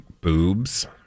boobs